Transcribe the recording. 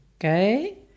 Okay